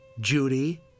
Judy